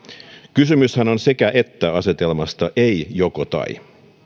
kysymyshän on sekä että asetelmasta ei joko tai